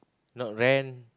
not rent